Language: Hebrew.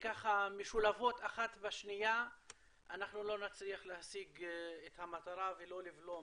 משולבות אחת בשנייה אנחנו לא נצליח להשיג את המטרה ולא לבלום,